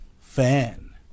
fan